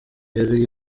yari